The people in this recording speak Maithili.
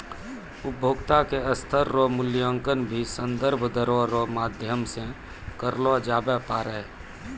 उपभोक्ता के स्तर रो मूल्यांकन भी संदर्भ दरो रो माध्यम से करलो जाबै पारै